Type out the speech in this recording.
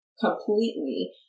completely